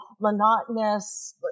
monotonous